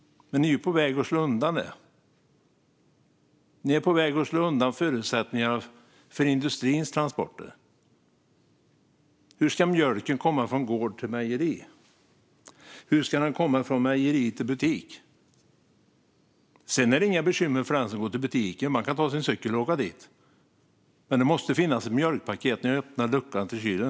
Ni är på väg att slå undan detta. Ni är på väg att slå undan förutsättningarna för industrins transporter. Hur ska mjölken komma från gård till mejeri? Hur ska den komma från mejeri till butik? Sedan är det inga bekymmer för den som ska till butiken; man kan ta sin cykel och åka dit. Men det måste finnas ett mjölkpaket när jag öppnar luckan till kylen.